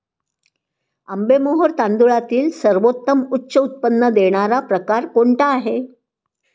आंबेमोहोर तांदळातील सर्वोत्तम उच्च उत्पन्न देणारा प्रकार कोणता आहे?